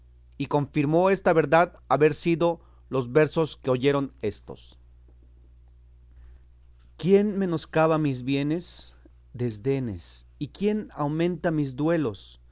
y confirmó esta verdad haber sido los versos que oyeron éstos quién menoscaba mis bienes desdenes y quién aumenta mis duelos